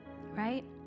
right